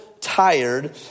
tired